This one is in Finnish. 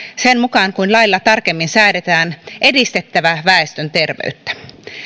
sen mukaan kuin lailla tarkemmin säädetään edistettävä väestön terveyttä